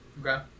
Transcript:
Okay